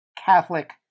Catholic